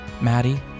Maddie